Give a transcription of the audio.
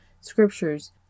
scriptures